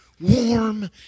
warm